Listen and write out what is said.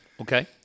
Okay